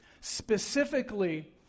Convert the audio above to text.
Specifically